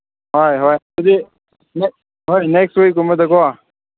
ꯍꯣꯏ ꯍꯣꯏ ꯑꯗꯨꯗꯤ ꯍꯣꯏ ꯅꯦꯛꯁ ꯋꯤꯛꯀꯨꯝꯕꯗꯀꯣ